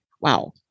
wow